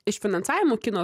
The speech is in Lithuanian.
iš finansavimų kino